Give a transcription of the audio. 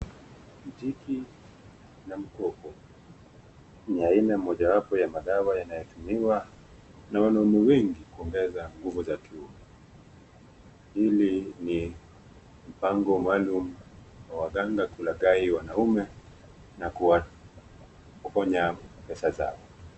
Mtiki na Mkoko ni aina moja wapo ya madawa yanayotumiwa na wanaume wengi kuongeza nguvu za kiume. Hili ni mpango maalum wa waganga kulangai wanaume na kuwapokonya pesa zao